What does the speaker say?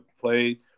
play